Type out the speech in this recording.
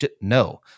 No